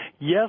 yes